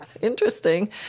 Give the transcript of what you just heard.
interesting